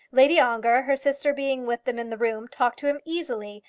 lady ongar, her sister being with them in the room, talked to him easily,